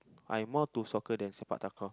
I more to soccer than Sepak-Takraw